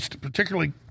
particularly